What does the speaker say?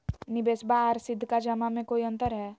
निबेसबा आर सीधका जमा मे कोइ अंतर हय?